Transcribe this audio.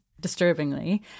disturbingly